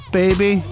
baby